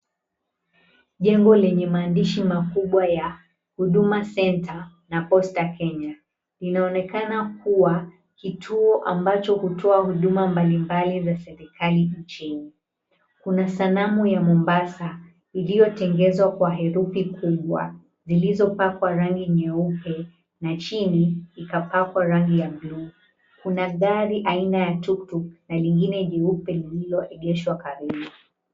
Jengo lenye maandishi makubwa ya Huduma Centre na Posta Kenya. Inaonekana kuwa kituo ambacho hutoa huduma mbalimbali za serikali nchini. Kuna sanamu ya mombasa iliyotengenezwa kwa herufi kubwa, zilizopakwa rangi nyeupe, na chini ikapakwa rangi ya bluu. Kuna gari aina ya tuktuk na lingine jeupe lililoegeshwa karibu.